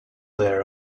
there